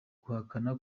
guhakana